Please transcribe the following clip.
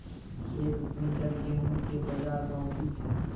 एक क्विंटल गेहूँ के बाजार भाव की छ?